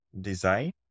design